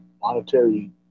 monetary